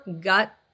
gut